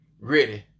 ready